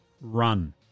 run